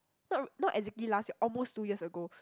not not exactly last year almost two years ago